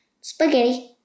Spaghetti